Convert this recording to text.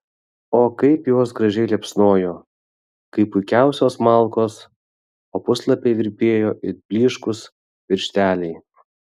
o kaip jos gražiai liepsnojo kaip puikiausios malkos o puslapiai virpėjo it blyškūs piršteliai